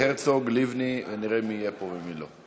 הרצוג, לבני, ונראה מי יהיה פה ומי לא.